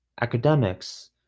academics